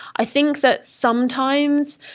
i think that, sometimes,